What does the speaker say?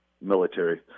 military